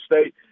State